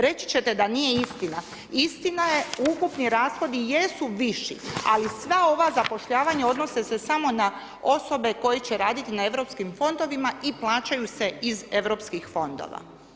Reći ćete da nije istina, istina je, ukupni rashodi jesu viši ali sva ova zapošljavanja odnose se samo na osobe koje će raditi na europskim fondovima i plaćaju se iz europskih fondova.